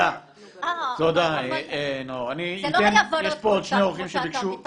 זה לא היה ורוד כמו שאתה מתאר.